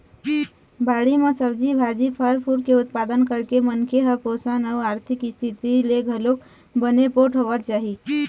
बाड़ी म सब्जी भाजी, फर फूल के उत्पादन करके मनखे ह पोसन अउ आरथिक इस्थिति ले घलोक बने पोठ होवत जाही